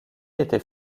était